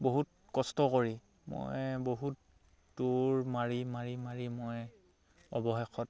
বহুত কষ্ট কৰি মই বহুত টুৰ মাৰি মাৰি মাৰি মই অৱশেষত